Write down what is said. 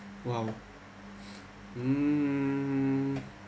!wow! mm